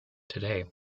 today